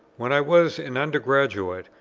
when i was an under-graduate,